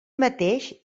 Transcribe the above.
mateix